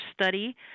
study